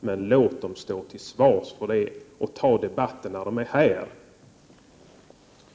Men låt dem stå till svars för detta och ta upp deras agerande till debatt när de är närvarande!